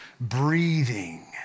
breathing